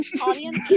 audience